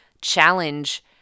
challenge